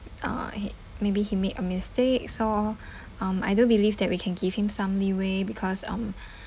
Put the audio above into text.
uh he maybe he made a mistake so um I do believe that we can give him some leeway because um